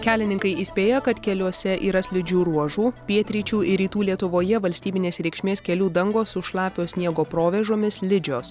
kelininkai įspėja kad keliuose yra slidžių ruožų pietryčių ir rytų lietuvoje valstybinės reikšmės kelių dangos su šlapio sniego provėžomis slidžios